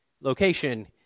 location